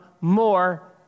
more